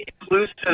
inclusive